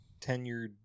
tenured